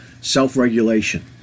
Self-regulation